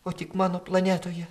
o tik mano planetoje